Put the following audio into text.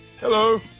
Hello